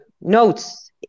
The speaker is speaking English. notes